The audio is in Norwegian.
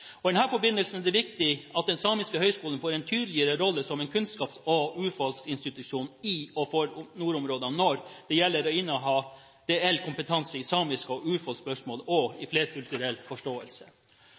I denne forbindelse er det viktig at Samisk Høgskole får en tydeligere rolle som en kunnskaps- og urfolksinstitusjon i og for nordområdene når det gjelder å inneha reell kompetanse i samiske spørsmål, urfolksspørsmål og